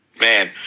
Man